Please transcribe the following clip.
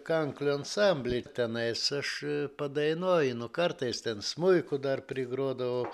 kanklių ansambly tenais aš padainuojunu kartais ten smuiku dar prigruodavau